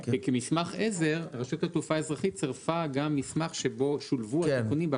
וכמסמך עזר רשות התעופה האזרחית צירפה גם מסמך שבו שולבו התיקונים,